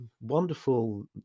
wonderful